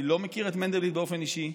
אני לא מכיר את מנדלבליט באופן אישי.